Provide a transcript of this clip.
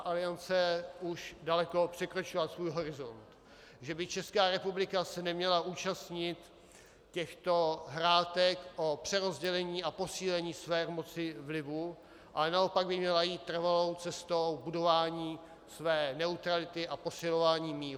Severoatlantická aliance už daleko překročila svůj horizont, že by Česká republika se neměla účastnit těchto hrátek o přerozdělení a posílení své moci vlivu, ale naopak by měla jít trvalou cestou budování své neutrality a posilování míru.